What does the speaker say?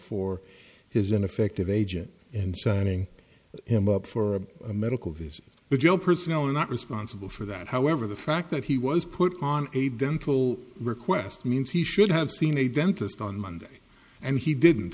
for his ineffective agent and signing him up for a medical vision but you know personnel were not responsible for that however the fact that he was put on a dental request means he should have seen a dentist on monday and he didn't